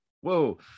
whoa